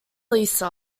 lisa